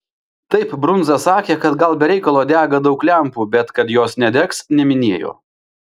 taip brundza sakė kad gal be reikalo dega daug lempų bet kad jos nedegs neminėjo